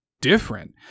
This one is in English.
different